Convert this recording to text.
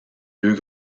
deux